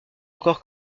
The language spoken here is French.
encore